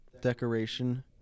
decoration